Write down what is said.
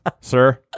Sir